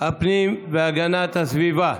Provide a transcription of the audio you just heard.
הפנים והגנת הסביבה.